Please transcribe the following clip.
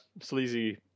sleazy